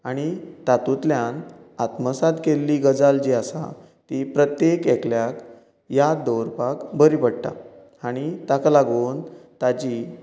आनी तातूंतल्यान आत्मसात केल्ली गजाल जी आसा ती प्रत्येक एकल्याक याद दवरपाक बरी पडटा आनी ताका लागून ताची